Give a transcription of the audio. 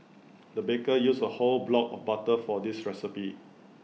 the baker used A whole block of butter for this recipe